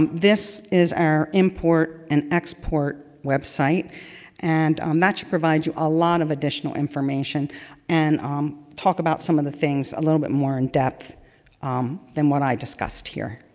this is our import and export website and um that should provide you a lot of additional information and um talk about some of the things a little bit more in depth um than what i've discussed here.